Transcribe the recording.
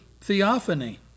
theophany